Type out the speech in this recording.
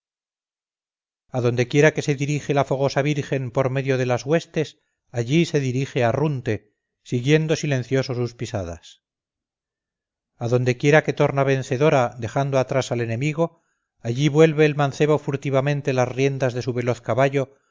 victoria adonde quiera que se dirige la fogosa virgen por medio de las huestes allí se dirige arrunte siguiendo silencioso sus pisadas adonde quiera que torna vencedora dejando atrás al enemigo allí vuelve el mancebo furtivamente las riendas de su veloz caballo